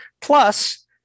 Plus